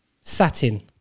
Satin